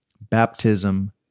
baptism